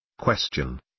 Question